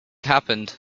happened